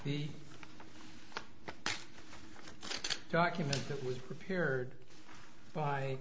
the document that was prepared by